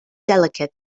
delicate